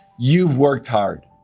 you've worked hard.